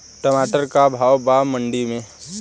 टमाटर का भाव बा मंडी मे?